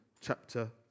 Chapter